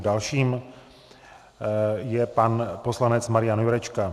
Dalším je pan poslanec Marian Jurečka.